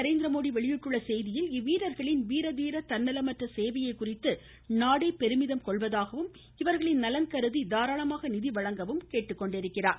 நரேந்திரமோடி வெளியிட்டுள்ள செய்தியில் இவ்வீரர்களின் வீர தன்னலமற்ற சேவையை குறித்து நாடே பெருமிதம் கொள்வதாகவும் தீர இவர்களின் நலன் கருதி தாராளமாக நிதி வழங்கவும் கேட்டுக்கொண்டார்